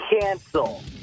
cancel